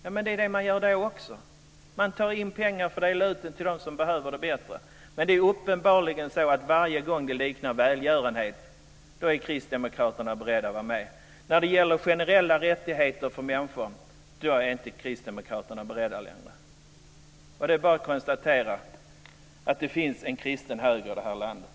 Ja, men det är ju vad man själv gör: Man tar in pengar och fördelar till dem som bättre behöver dem. Uppenbarligen är det så att varje gång det liknar välgörenhet är Kristdemokraterna beredda att vara med. Men när det gäller generella rättigheter för människor är Kristdemokraterna inte längre beredda. Det är bara att konstatera att det finns en kristen höger i det här landet.